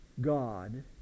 God